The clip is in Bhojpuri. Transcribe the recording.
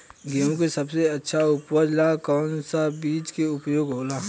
गेहूँ के सबसे अच्छा उपज ला कौन सा बिज के उपयोग होला?